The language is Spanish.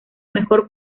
mejor